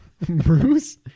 Bruce